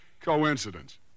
coincidence